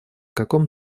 каком